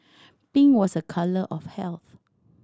pink was a colour of health